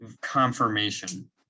confirmation